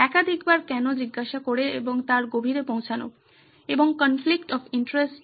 একাধিকবার কেন জিজ্ঞাসা করে এর গভীরে পৌঁছানো এবং কনফ্লিক্ট অফ ইন্টারেস্ট